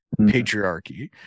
patriarchy